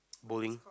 bowing